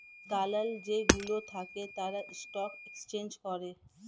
দালাল যেই গুলো থাকে তারা স্টক এক্সচেঞ্জ করে